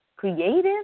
Creative